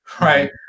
right